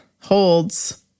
holds